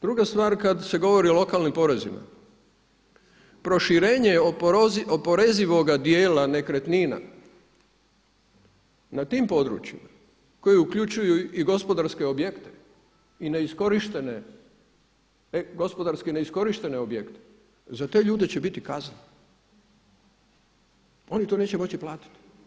Druga stvar kada se govori o lokalnim porezima, proširenje oporezivoga dijela nekretnina na tim područjima koji uključuju i gospodarske objekte i gospodarski neiskorištene objekte za te ljude će biti kazna, oni to neće moći platiti.